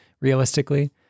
realistically